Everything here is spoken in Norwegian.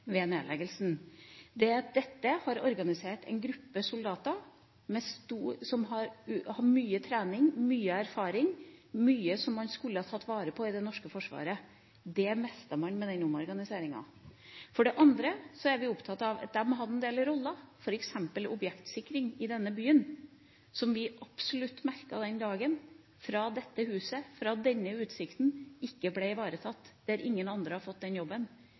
at dette har organisert en gruppe soldater som har mye trening, mye erfaring og mye som man skulle tatt vare på i Det norske forsvaret. Det mister man med denne omorganiseringa. For det andre er vi opptatt av at de hadde en del roller, f.eks. objektssikring i denne byen, som vi absolutt merket den dagen, fra dette huset, fra denne utsikten, ikke ble ivaretatt, at ingen andre hadde fått denne jobben. Det vi er opptatt av, er at noen skal ha den jobben.